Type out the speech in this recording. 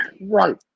Right